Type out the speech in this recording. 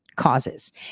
causes